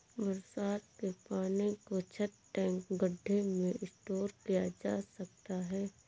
बरसात के पानी को छत, टैंक, गढ्ढे में स्टोर किया जा सकता है